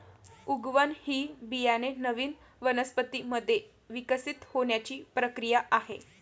उगवण ही बियाणे नवीन वनस्पतीं मध्ये विकसित होण्याची प्रक्रिया आहे